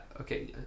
okay